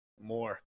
More